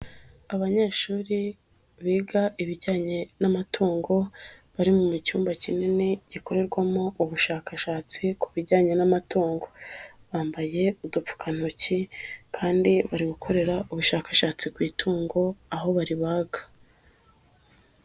Abanyeshuri biga ibijyanye n'amatungo, bari mu cyumba kinini gikorerwamo ubushakashatsi ku bijyanye n'amatungo. Bambaye udupfukantoki kandi bari gukorera ubushakashatsi ku itungo aho baribaga.